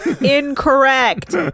Incorrect